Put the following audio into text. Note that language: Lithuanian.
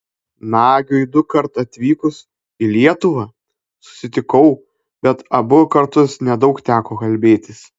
nagiui dukart atvykus į lietuvą susitikau bet abu kartus nedaug teko kalbėtis